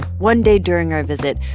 one day during our visit,